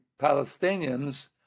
Palestinians